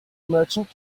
merchant